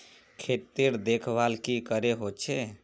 खेतीर देखभल की करे होचे?